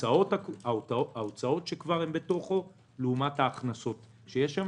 ההוצאות שהן כבר בפנים לעומת ההכנסות שיש שאינן